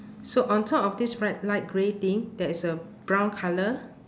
so on top of this bright light grey thing there is a brown colour